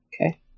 Okay